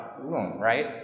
Right